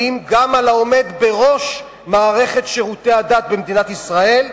גם על העומד בראש מערכת שירותי הדת במדינת ישראל,